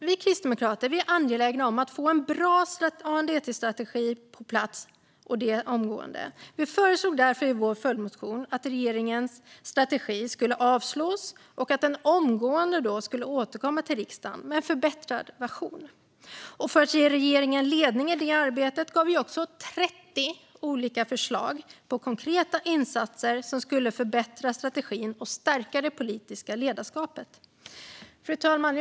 Vi kristdemokrater är angelägna om att få en bra ANDTSstrategi på plats omgående. Vi föreslog därför i vår följdmotion att regeringens strategi skulle avslås och att regeringen omgående skulle återkomma till riksdagen med en förbättrad version. För att ge regeringen ledning i det arbetet gav vi också 30 olika förslag på konkreta insatser som skulle förbättra strategin och stärka det politiska ledarskapet. Fru talman!